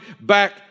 back